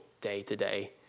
day-to-day